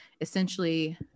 essentially